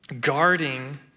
guarding